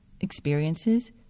experiences